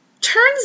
Turns